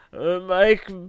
Mike